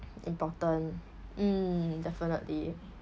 important mm definitely